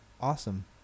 awesome